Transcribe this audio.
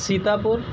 سیتا پور